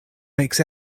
makes